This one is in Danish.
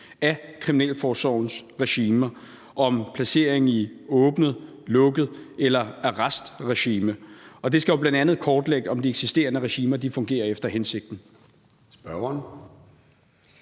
af kriminalforsorgens regimer i forhold til placering i et åbent eller lukket regime eller i et arrestregime, og det skal jo bl.a. kortlægge, om de eksisterende regimer fungerer efter hensigten.